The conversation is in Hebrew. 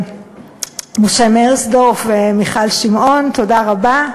משה מאירסדורף ומיכל שמעון, תודה רבה.